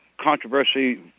controversy